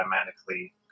automatically